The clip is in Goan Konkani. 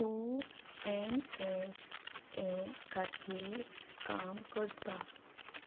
तूं एन एस ए खातीर काम करता